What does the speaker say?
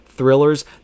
thrillers